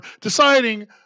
Deciding